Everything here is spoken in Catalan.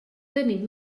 tenim